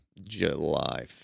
july